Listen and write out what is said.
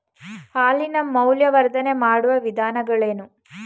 ಹಾಲಿನ ಮೌಲ್ಯವರ್ಧನೆ ಮಾಡುವ ವಿಧಾನಗಳೇನು?